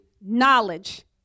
knowledge